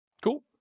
Cool